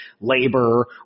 labor